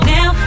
Now